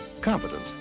competent